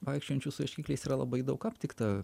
vaikščiojančių su ieškikliais yra labai daug aptikta